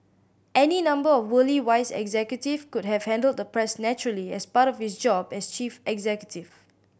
any number of worldly wise executive could have handled the press naturally as part of his job as chief executive